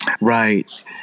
Right